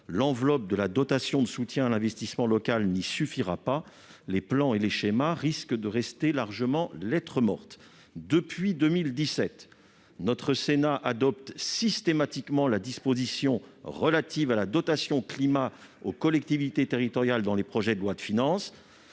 L'enveloppe de la dotation de soutien à l'investissement local n'y suffira pas. Les plans et les schémas risquent de rester largement lettre morte. Depuis 2017, le Sénat adopte systématiquement la disposition relative à la dotation climat aux collectivités territoriales dans les projets de loi de finances